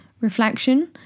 reflection